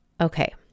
Okay